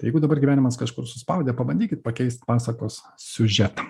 jeigu dabar gyvenimas kažkur suspaudė pabandykit pakeist pasakos siužetą